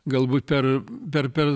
galbūt per per per